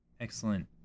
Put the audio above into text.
excellent